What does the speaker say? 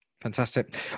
fantastic